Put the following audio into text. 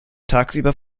tagsüber